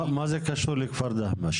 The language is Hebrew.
מה זה קשור לכפר דהמש?